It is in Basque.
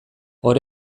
hor